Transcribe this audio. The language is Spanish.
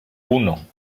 uno